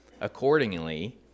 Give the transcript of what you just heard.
Accordingly